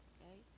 Okay